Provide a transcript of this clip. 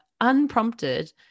unprompted